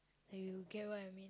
like you get what I mean